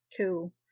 Cool